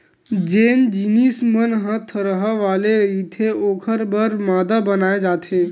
जेन जिनिस मन ह थरहा वाले रहिथे ओखर बर मांदा बनाए जाथे